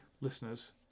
listeners